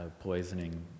poisoning